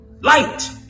Light